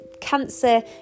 Cancer